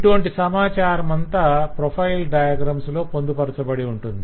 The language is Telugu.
ఇటువంటి సమాచారమంతా ప్రొఫైల్ డయాగ్రమ్స్ లో పొందుపరచబడి ఉంటుంది